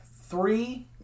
Three